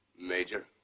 Major